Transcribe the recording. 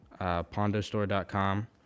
pondostore.com